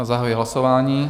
Zahajuji hlasování.